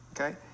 Okay